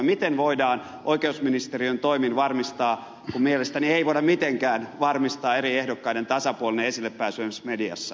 miten voidaan oikeusministeriön toimin varmistaa kun mielestäni ei voida mitenkään varmistaa eri ehdokkaiden tasapuolinen esillepääsy esimerkiksi mediassa